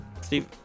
Steve